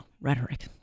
Rhetoric